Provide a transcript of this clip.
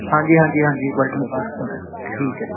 ਹਾਂਜੀ ਹਾਂਜੀ ਹਾਂਜੀ ਬਲਟਨ ਪਾਰਕ ਆਉਣਾ ਠੀਕ ਹੈ